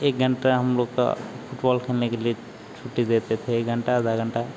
एक घंटा हम लोगों का फुटबोल खेलने के लिए छुट्टी देते थे एक घंटा आधा घंटा